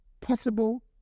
possible